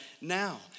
now